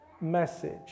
message